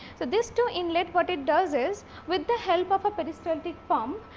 so, this two inlet what it does is with the help of a peristaltic pump,